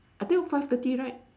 until five thirty right